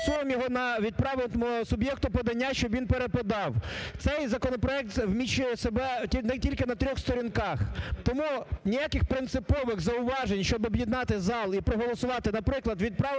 проголосуємо його на… відправимо суб'єкту подання, щоб він переподав. Цей законопроект вміщує в себе… тільки на трьох сторінках. Тому ніяких принципових зауважень, щоб об'єднати зал і проголосувати, наприклад "відправимо